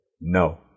no